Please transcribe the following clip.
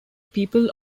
people